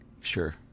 Sure